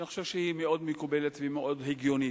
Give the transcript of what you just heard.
שאני חושב שהיא מאוד מקובלת ומאוד הגיונית.